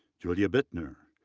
julia bittner,